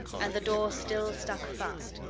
and the door still stuck fast.